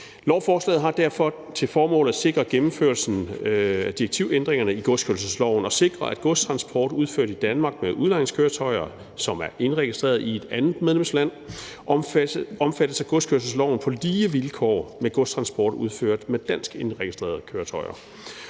Lovforslaget har derfor til formål at sikre gennemførelsen af direktivændringerne i godskørselsloven og sikre, at godstransport udført i Danmark med udlejningskøretøjer, som er indregistreret i et andet medlemsland, omfattes af godskørselsloven på lige vilkår med godstransport udført med dansk indregistrerede køretøjer.